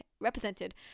represented